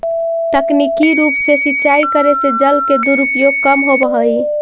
तकनीकी रूप से सिंचाई करे से जल के दुरुपयोग कम होवऽ हइ